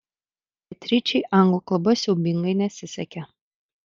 beatričei anglų kalba siaubingai nesisekė